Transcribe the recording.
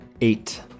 Eight